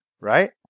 right